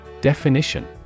Definition